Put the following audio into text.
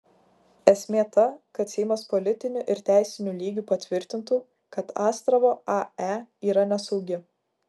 esmė ta kad seimas politiniu ir teisiniu lygiu patvirtintų kad astravo ae yra nesaugi